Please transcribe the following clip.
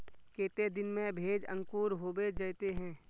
केते दिन में भेज अंकूर होबे जयते है?